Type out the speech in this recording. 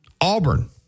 Auburn